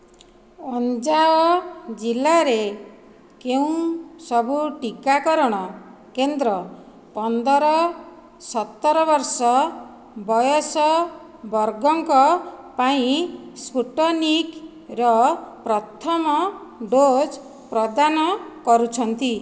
ଅଞ୍ଜାଅ ଜିଲ୍ଲାରେ କେଉଁ ସବୁ ଟିକାକରଣ କେନ୍ଦ୍ର ପନ୍ଦର ସତର ବର୍ଷ ବୟସ ବର୍ଗଙ୍କ ପାଇଁ ସ୍ପୁଟନିକ୍ର ପ୍ରଥମ ଡୋଜ୍ ପ୍ରଦାନ କରୁଛନ୍ତି